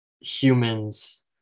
humans